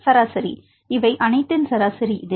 மாணவர் சராசரி இவை அனைத்தின் சராசரி இது